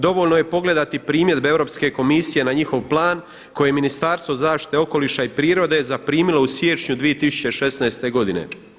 Dovoljno je pogledati primjedbe Europske komisije na njihov plan koje je Ministarstvo zaštite okoliša i prirode zaprimilo u siječnju 2016. godine.